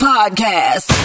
Podcast